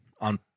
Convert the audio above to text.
on